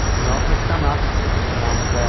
we all pick some up and